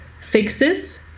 fixes